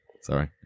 Sorry